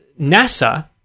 NASA